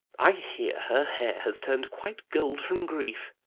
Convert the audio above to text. i hear her hair has turned quite gold from grief.